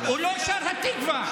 הוא לא שר את התקווה.